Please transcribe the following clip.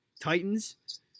Titans